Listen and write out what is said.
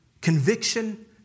Conviction